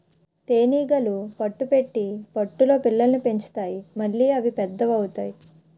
తేనీగలు పట్టు పెట్టి పట్టులో పిల్లల్ని పెంచుతాయి మళ్లీ అవి పెద్ద అవుతాయి